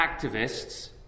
activists